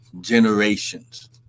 generations